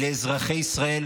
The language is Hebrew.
היא לאזרחי ישראל,